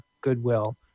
goodwill